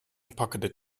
pocketed